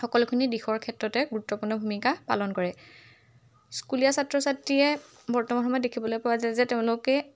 সকলোখিনি দিশৰ ক্ষেত্ৰতে গুৰুত্বপূৰ্ণ ভূমিকা পালন কৰে স্কুলীয়া ছাত্ৰ ছাত্ৰীয়ে বৰ্তমান সময়ত দেখিবলৈ পোৱা যায় যে তেওঁলোকে